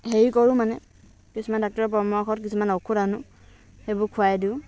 হেৰি কৰোঁ মানে কিছুমান ডাক্তৰৰ পৰামৰ্শত কিছুমান ঔষধ আনো সেইবোৰ খোৱাই দিওঁ